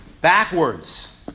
Backwards